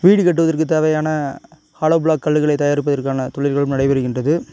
வீடு கட்டுவதற்கு தேவையான ஹாலப்புழா கல்லுகளை தயாரிப்பதற்கான தொழில்களும் நடைபெறுகின்றது